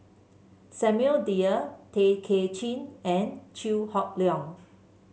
Samuel Dyer Tay Kay Chin and Chew Hock Leong